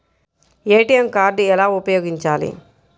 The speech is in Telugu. ఏ.టీ.ఎం కార్డు ఎలా ఉపయోగించాలి?